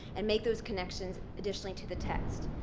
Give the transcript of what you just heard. and make those connections, additionally, to the text.